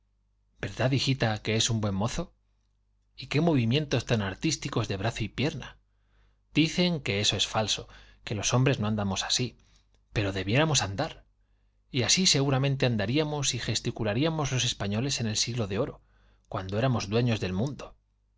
verdad hijita que es un buen mozo y qué movimientos tan artísticos de brazo y pierna dicen que eso es falso que los hombres no andamos así pero debiéramos andar y así seguramente andaríamos y gesticularíamos los españoles en el siglo de oro cuando éramos dueños del mundo